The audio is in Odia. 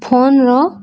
ଫୋନ୍ର